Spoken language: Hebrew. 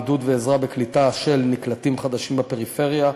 עידוד ועזרה לנקלטים חדשים בפריפריה,